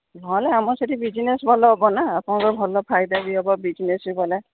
ନହେଲେ ଆମ ସେଇଠି ବିଜ୍ନେସ୍ ଭଲ ହେବ ନା ଆପଣଙ୍କ ଭଲ ଫାଇଦା ବି ହେବ ବିଜ୍ନେସ୍ କଲେ